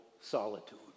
solitude